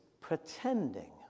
pretending